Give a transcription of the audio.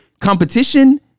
competition